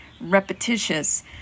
repetitious